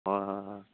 হয় হয় হয়